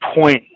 point